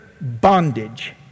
bondage